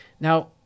Now